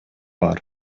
бар